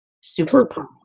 super